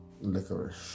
licorice